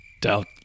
doubt